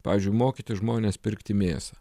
pavyzdžiui mokyti žmones pirkti mėsą